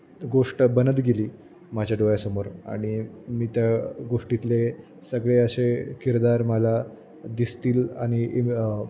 गोष्ट बनत गेली माझ्या डोळ्यासमोर आणि मी त्या गोष्टीतले सगळे असे किरदार मला दिसतील आणि